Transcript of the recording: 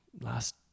last